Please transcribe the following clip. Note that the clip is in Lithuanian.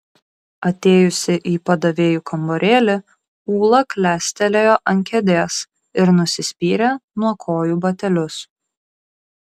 atėjusi į padavėjų kambarėlį ūla klestelėjo ant kėdės ir nusispyrė nuo kojų batelius